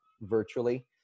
virtually